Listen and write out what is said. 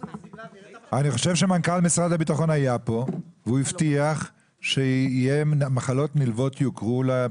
אני חושב שמנכ"ל משרד הביטחון היה כאן והוא הבטיח שמחלות נלוות יוכרו.